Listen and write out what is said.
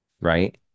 right